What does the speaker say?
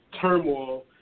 turmoil